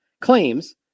claims